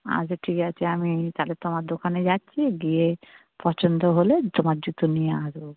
আচ্ছা ঠিক আছে আমি তাহলে তোমার দোকানে যাচ্ছি গিয়ে পছন্দ হলে তোমার জুতো নিয়ে আসব